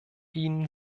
ihnen